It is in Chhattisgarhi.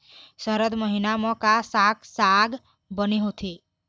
सरद महीना म का साक साग बने होथे?